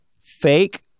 Fake